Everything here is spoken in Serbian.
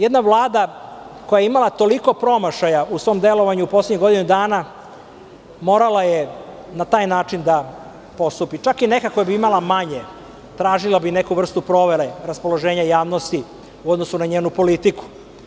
Jedna Vlada koja je imala toliko promašaja u svom delovanju u poslednjih godinu dana morala je na taj način da postupi, čak i neka koja bi imala manje, tražila bi neku vrstu provere raspoloženja javnosti u odnosu na njenu politiku.